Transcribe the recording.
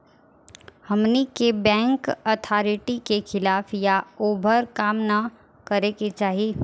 हमनी के bank authority के खिलाफ या ओभर काम न करे के चाही